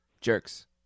Jerks